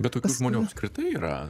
bet tokių žmonių apskritai yra